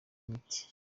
n’ibiti